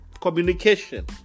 Communication